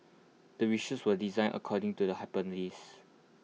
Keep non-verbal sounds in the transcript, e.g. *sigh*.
the research was designed according to the *unintelligible*